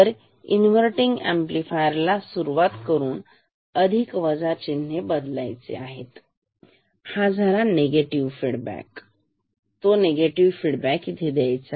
तर inverting amplifier ला सुरुवात करून अधिक वजा चिन्ह बदलायचं आणि निगेटिव्ह फीडबॅक negetive feedback द्यायचा